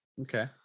Okay